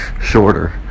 shorter